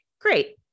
Great